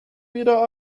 wieder